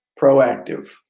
proactive